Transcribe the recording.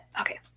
Okay